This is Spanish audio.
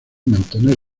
mantener